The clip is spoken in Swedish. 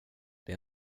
det